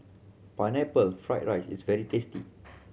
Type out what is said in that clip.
Pineapple Fried rice is very tasty